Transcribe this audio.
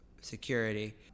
security